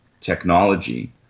technology